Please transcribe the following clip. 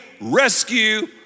rescue